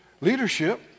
leadership